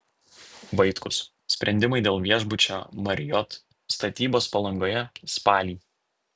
vaitkus sprendimai dėl viešbučio marriott statybos palangoje spalį